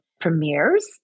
premieres